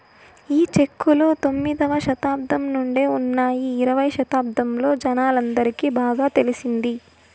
ఈ చెక్కులు తొమ్మిదవ శతాబ్దం నుండే ఉన్నాయి ఇరవై శతాబ్దంలో జనాలందరికి బాగా తెలిసింది